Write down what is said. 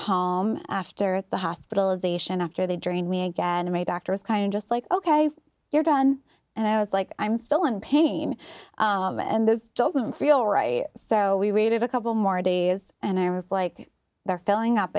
home after the hospitalization after they drain me again i'm a doctor is kind of just like ok you're done and i was like i'm still in pain and this doesn't feel right so we waited a couple more days and i was like they're filling up